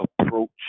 approach